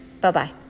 Bye-bye